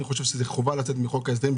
אני חושב שחובה להוציא את זה מחוק ההסדרים,